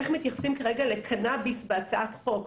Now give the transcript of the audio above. איך מתייחסים כרגע לקנאביס בהצעת חוק?